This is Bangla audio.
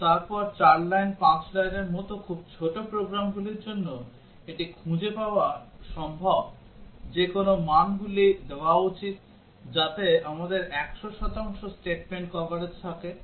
কিন্তু তারপর 4 লাইন 5 লাইনের মত খুব ছোট প্রোগ্রামগুলির জন্য এটি খুঁজে পাওয়া সম্ভব যে কোন মানগুলি দেওয়া উচিত যাতে আমাদের 100 শতাংশ statement কভারেজ থাকে